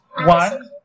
one